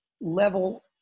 level